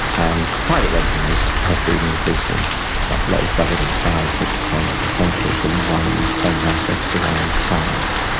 and private renting has has been increasing quite a lot, it's doubled in size since the turn of the century from one in ten households to one in five.